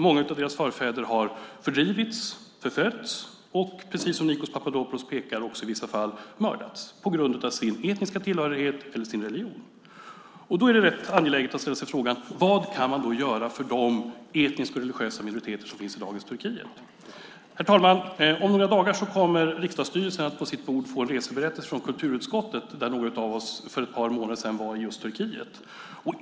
Många av deras förfäder har fördrivits, förföljts och, precis som Nikos Papadopoulos pekar på, i vissa fall mördats på grund av sin etniska tillhörighet eller sin religion. Då är det rätt angeläget att ställa sig frågan: Vad kan man göra för de etniska och religiösa minoriteter som finns i dagens Turkiet? Herr talman! Om några dagar kommer riksdagsstyrelsen att på sitt bord få en reseberättelse från kulturutskottet eftersom några av oss för ett par månader sedan var i just Turkiet.